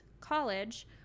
College